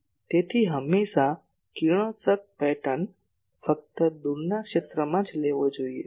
તેથી હંમેશા કિરણોત્સર્ગ પેટર્ન ફક્ત દૂરના ક્ષેત્રમાં જ લેવો જોઈએ